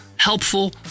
Helpful